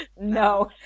no